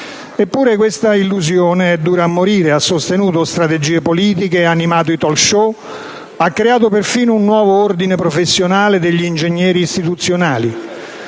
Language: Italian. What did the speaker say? Eppure questa illusione è dura a morire. Ha sostenuto strategie politiche, ha animato i *talk show*, ha creato perfino il nuovo ordine professionale degli ingegneri istituzionali,